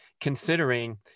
considering